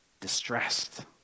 distressed